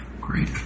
Great